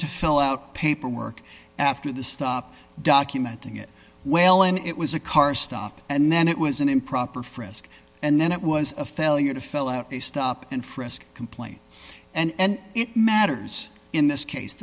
to fill out paperwork after the stop documenting it well and it was a car stop and then it was an improper frisk and then it was a failure to fill out a stop and frisk complaint and it matters in this case